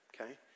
okay